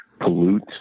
pollute